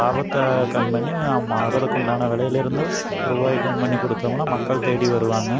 லாபத்தை கம்மி பண்ணி முதலுக்குண்டான விலையில இருந்து ரூவாயை கம்மி பண்ணி கொடுத்தமுன்னா மக்கள் தேடி வருவாங்க